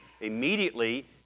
immediately